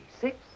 six